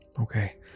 Okay